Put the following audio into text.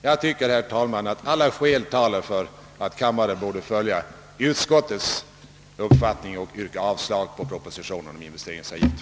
Jag tycker, herr talman, att alla skäl talar för att kammaren borde följa utskottet och avslå propositionen om investeringsavgift.